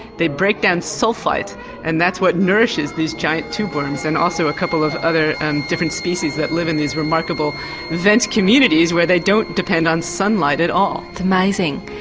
they break down sulphite and that's what nourishes these giant tube worms, and also a couple of other and different species that live in these remarkable vent communities where they don't depend on sunlight at all. amazing.